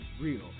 real